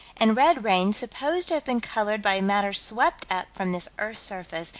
and red rain supposed to have been colored by matter swept up from this earth's surface,